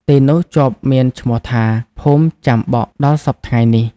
ទីនោះជាប់មានឈ្មោះថា ភូមិចាំបក់ ដល់សព្វថ្ងៃនេះ ។